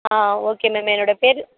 ஆ okay ma'am என்னோட பேர்